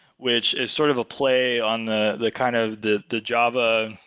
which is sort of a play on the the kind of the the java,